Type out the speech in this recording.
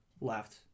left